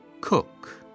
cook